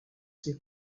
ces